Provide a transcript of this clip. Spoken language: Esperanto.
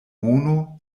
mono